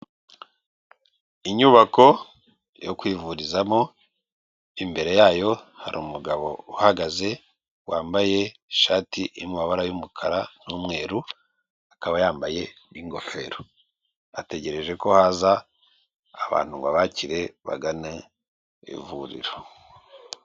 Inyubako yo kwivurizamo, imbere yayo hariru umugabo uhagaze wambaye ishati y'amabara y'umukara n'umweru, akaba yambaye ingofero, ategereje ko haza abantu ngo abakire, bagane ivuriro.